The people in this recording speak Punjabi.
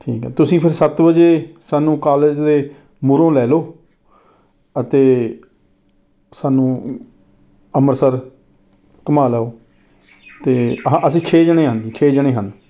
ਠੀਕ ਹੈ ਤੁਸੀਂ ਫਿਰ ਸੱਤ ਵਜੇ ਸਾਨੂੰ ਕਾਲਜ ਦੇ ਮੁਹਰੋਂ ਲੈ ਲਓ ਅਤੇ ਸਾਨੂੰ ਅੰਮ੍ਰਿਤਸਰ ਘੁਮਾ ਲਿਆਓ ਅਤੇ ਹਾਂ ਅਸੀਂ ਛੇ ਜਣੇ ਹਨ ਜੀ ਛੇ ਜਣੇ ਹਨ